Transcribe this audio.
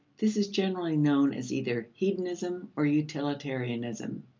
this is generally known as either hedonism or utilitarianism.